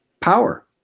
power